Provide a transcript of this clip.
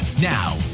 Now